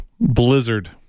Blizzard